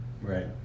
Right